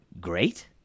great